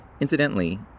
Incidentally